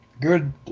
good